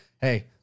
Hey